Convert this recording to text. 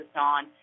on